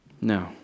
No